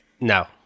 No